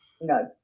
no